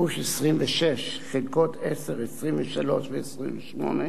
גוש 26 חלקות 10, 23 ו-28,